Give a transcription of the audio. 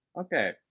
Okay